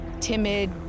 timid